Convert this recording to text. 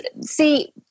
see